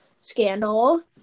scandal